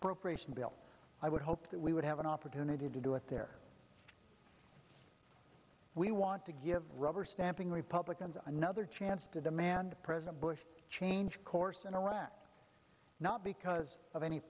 appropriation bill i would hope that we would have an opportunity to do it there we want to give rubber stamping republicans another chance to demand president bush change course in iraq not because of any